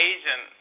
Asian